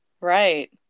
right